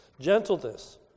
Gentleness